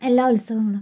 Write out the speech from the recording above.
എല്ലാ ഉത്സവങ്ങളും